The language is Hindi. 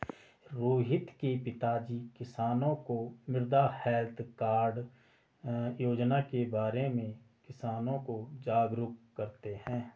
रोहित के पिताजी किसानों को मृदा हैल्थ कार्ड योजना के बारे में किसानों को जागरूक करते हैं